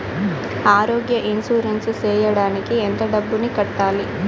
ఆరోగ్య ఇన్సూరెన్సు సేయడానికి ఎంత డబ్బుని కట్టాలి?